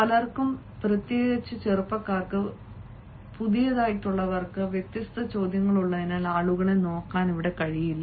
പലർക്കും പ്രത്യേകിച്ച് ചെറുപ്പക്കാർക്ക് പ്രത്യേകിച്ച് പുതിയവർക്ക് വ്യത്യസ്ത ചോദ്യങ്ങളുള്ളതിനാൽ ആളുകളെ നോക്കാൻ കഴിയില്ല